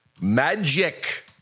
Magic